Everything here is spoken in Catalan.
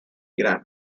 gran